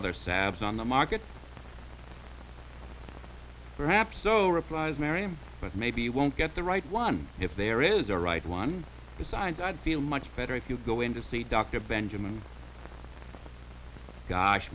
other sabs on the market perhaps so replies marian but maybe you won't get the right one if there is a right one besides i'd feel much better if you go in to see dr benjamin gosh